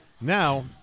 Now